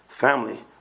family